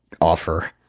offer